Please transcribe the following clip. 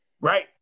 Right